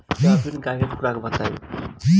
गाभिन गाय के खुराक बताई?